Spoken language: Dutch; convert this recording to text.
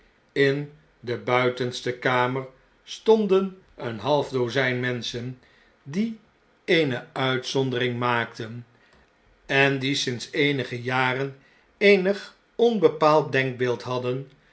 in de buitenste kamer stonden een half dozijn menschen die eene uitzondering maakten en die sedert eenigejaren eenig onbepaald denkbeeld hadden